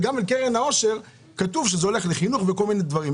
וגם בקרן העושר כתוב שזה הולך לחינוך וכל מיני דברים.